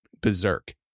berserk